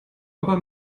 aber